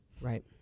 Right